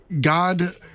God